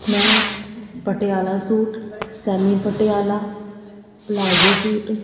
ਮੈਂ Patiala suit semi Patiala palazzo suit